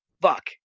fuck